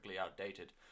outdated